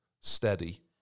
steady